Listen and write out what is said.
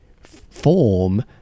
form